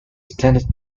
standard